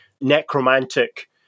necromantic